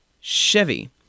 Chevy